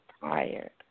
tired